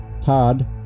Todd